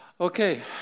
Okay